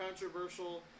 controversial